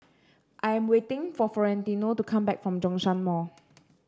I am waiting for Florentino to come back from Zhongshan Mall